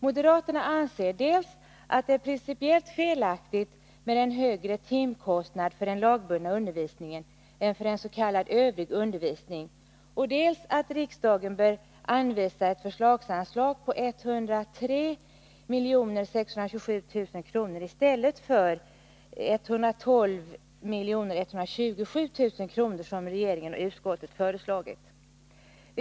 Moderaterna anser dels att det är principiellt felaktigt med en högre timkostnad för den lagbundna undervisningen än för s.k. övrig undervisning, dels att riksdagen bör anvisa ett förslagsanslag på 103 627 000 kr. i stället för 112 127 000 kr. som regeringen och utskottet föreslagit.